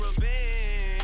revenge